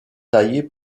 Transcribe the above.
taillé